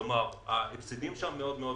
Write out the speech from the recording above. כלומר, ההפסדים שם מאוד מאוד